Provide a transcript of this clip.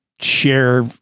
share